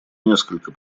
несколько